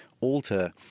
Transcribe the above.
alter